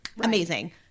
Amazing